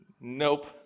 Nope